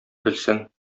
белсен